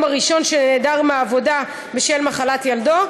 הראשון שנעדר מהעבודה בשל מחלת ילדו,